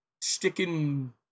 sticking